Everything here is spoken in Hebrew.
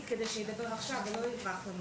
בוא נשתפר קצת גם בשפה.